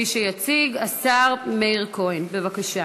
מי שיציג, השר מאיר כהן, בבקשה.